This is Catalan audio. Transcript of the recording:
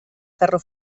ferro